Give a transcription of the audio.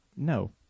No